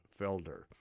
Felder